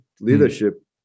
leadership